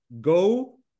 go